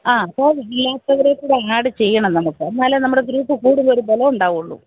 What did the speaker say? ആ അപ്പോള് ഇല്ലാത്തവരെക്കൂടെി ആഡ് ചെയ്യണം നമുക്ക് എന്നാലേ നമ്മുടെ ഗ്രൂപ്പ് കൂടുതലൊരു ബലമുണ്ടാവുകയുള്ളൂ